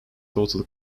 total